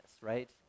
right